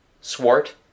swart